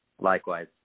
Likewise